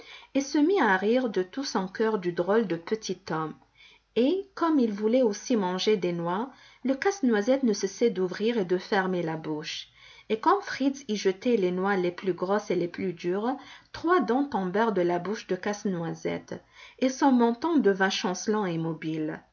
et se mit à rire de tout son cœur du drôle de petit homme et comme il voulait aussi manger des noix le casse-noisette ne cessait d'ouvrir et de fermer la bouche et comme fritz y jetait les noix les plus grosses et les plus dures trois dents tombèrent de la bouche de casse-noisette et son menton devint chancelant et mobile